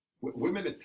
Women